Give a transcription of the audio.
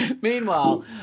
Meanwhile